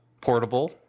portable